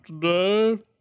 today